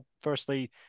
firstly